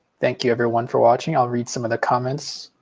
thank you everyone for watching. i'll read some of the comments.